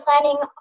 planning